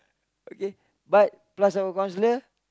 okay but plus our counsellor